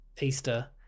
Easter